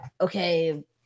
okay